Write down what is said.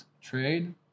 trade